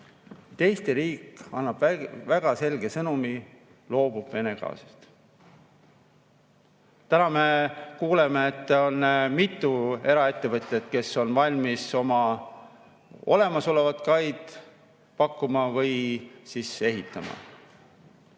Eesti riik annaks väga selge sõnumi, et loobub Vene gaasist. Täna me kuuleme, et on mitu eraettevõtjat, kes on valmis oma olemasolevat kaid pakkuma või ehitama.